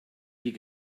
die